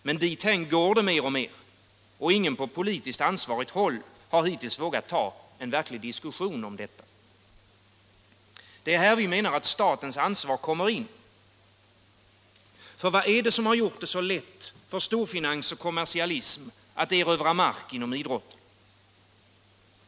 Men dithän går det mer och mer — och ingen på politiskt ansvarigt håll har hittills vågat ta en verklig diskussion om detta. Det är här som statens ansvar kommer in. För vad är det som gjort det lätt för storfinans och kommersialism att erövra mark inom idrotten?